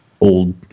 old